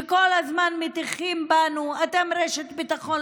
שכל הזמן מטיחים בנו: אתם רשת ביטחון,